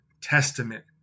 Testament